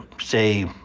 say